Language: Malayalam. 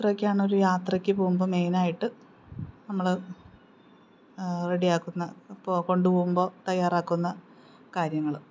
ഇത്രയൊക്കെയാണ് ഒരു യാത്രയ്ക്ക് പോകുമ്പോള് മെയിനായിട്ട് നമ്മള് റെഡിയാക്കുന്ന ഇപ്പോള് കൊണ്ടുപോകുമ്പോള് തയ്യാറാക്കുന്ന കാര്യങ്ങള്